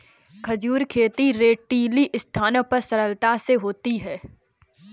खजूर खेती रेतीली स्थानों पर सरलता से होती है